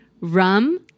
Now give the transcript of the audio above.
rum